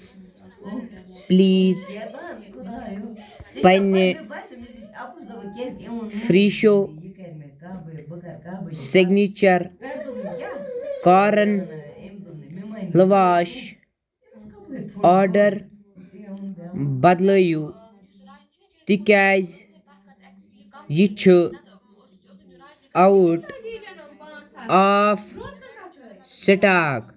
please پنٛنہِ free show signature کارن لواش آڈَر بدلٲیِو تِکیٛازِ یہِ چھُ آوُٹ آف سٕٹاک